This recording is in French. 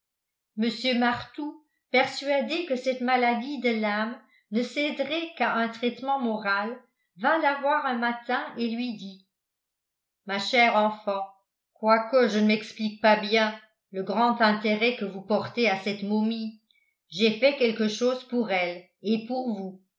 mr martout persuadé que cette maladie de l'âme ne céderait qu'à un traitement moral vint la voir un matin et lui dit ma chère enfant quoique je ne m'explique pas bien le grand intérêt que vous portez à cette momie j'ai fait quelque chose pour elle et pour vous